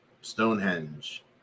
Stonehenge